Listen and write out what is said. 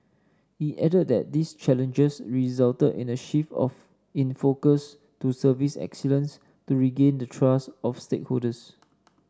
he added that these challenges resulted in a shift of in focus to service excellence to regain the trust of stakeholders